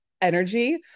energy